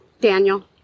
Daniel